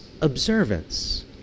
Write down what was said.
observance